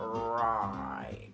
right